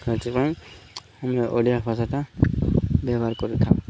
ସେଥିପାଇଁ ଆମେ ଓଡ଼ିଆ ଭାଷାଟା ବ୍ୟବହାର କରିଥାଉ